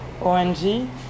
ONG